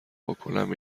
بکنم